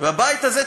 והבית הזה,